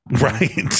right